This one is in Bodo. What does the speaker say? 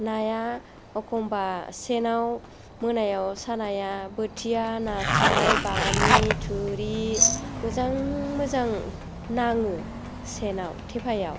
नाया एखनबा सेनाव मोनायाव सानाया बोथिया नास्राय बामि थुरि मोजां मोजां नाङो सेनाव थेफायाव